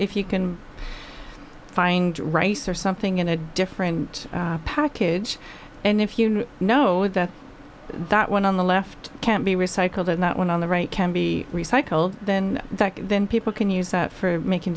if you can find rice or something in a different package and if you know that that one on the left can be recycled and that one on the right can be recycled then that then people can use that for making